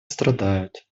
страдают